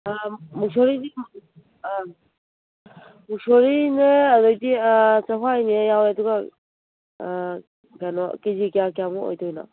ꯑꯥ ꯃꯣꯁꯣꯔꯤ ꯑ ꯃꯣꯁꯣꯔꯤꯅ ꯑꯗꯩꯗꯤ ꯆꯥꯛꯍꯋꯥꯏꯅꯦ ꯌꯥꯎꯔꯦ ꯑꯗꯨꯒ ꯀꯩꯅꯣ ꯀꯦꯖꯤ ꯀꯌꯥ ꯀꯌꯥꯃꯨꯛ ꯑꯣꯏꯗꯣꯏꯅꯣ